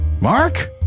Mark